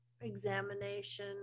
examination